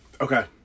Okay